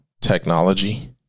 technology